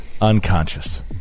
Unconscious